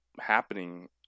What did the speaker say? happening